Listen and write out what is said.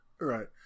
right